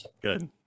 good